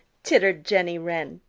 tittered jenny wren.